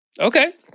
Okay